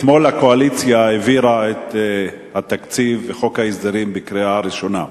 אתמול הקואליציה העבירה את התקציב וחוק ההסדרים בקריאה ראשונה.